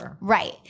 Right